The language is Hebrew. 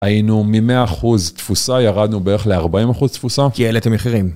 היינו ממאה אחוז תפוסה, ירדנו בערך לארבעים אחוז תפוסה. כי העלאתם מחירים.